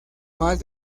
más